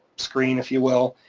screen, if you will,